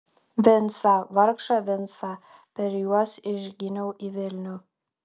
vincą vargšą vincą per juos išginiau į vilnių